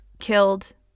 killed